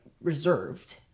reserved